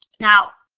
now,